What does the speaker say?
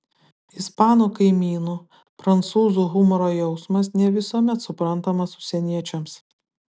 ispanų kaimynų prancūzų humoro jausmas ne visuomet suprantamas užsieniečiams